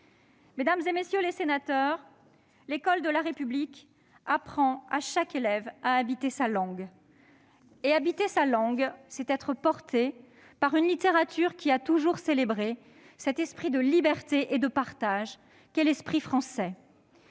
Mesdames, messieurs les sénateurs, l'école de la République apprend à chaque élève à habiter sa langue, c'est-à-dire à être porté par une littérature qui a toujours célébré cet esprit de liberté et de partage qu'est l'esprit français.